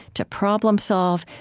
to problem solve,